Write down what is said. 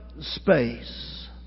space